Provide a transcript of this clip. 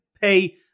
pay